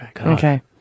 Okay